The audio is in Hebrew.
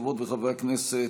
חברות וחברי הכנסת,